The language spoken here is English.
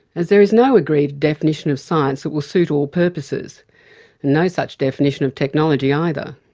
as there is no agreed definition of science that will suit all purposes and no such definition of technology either.